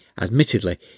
Admittedly